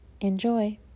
Enjoy